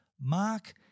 Mark